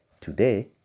Today